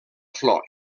flor